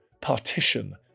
partition